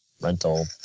rental